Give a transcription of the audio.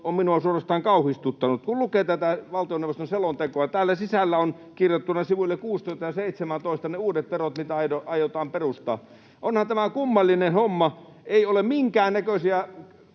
on minua suorastaan kauhistuttanut. Kun lukee tätä valtioneuvoston selontekoa, täällä sisällä on kirjattuina sivuille 16 ja 17 ne uudet verot, mitä aiotaan perustaa. Onhan tämä kummallinen homma. Ei ole minkäännäköisiä